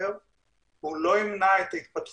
לא הגיעה הבקשה ואני אפילו לא יודע האם בקשה לעשות